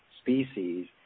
species